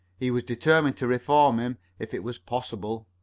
he was determined to reform him if it was possible.